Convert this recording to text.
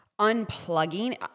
unplugging